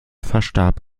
verstarb